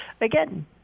again